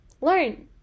learn